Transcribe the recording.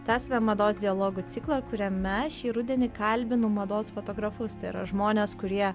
tęsiame mados dialogų ciklą kuriame šį rudenį kalbinu mados fotografus tai yra žmonės kurie